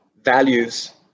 values